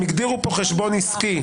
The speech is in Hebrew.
הם הגדירו פה חשבון עסקי.